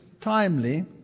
timely